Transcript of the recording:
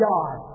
God